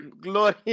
glory